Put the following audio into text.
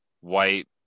white